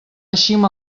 eixim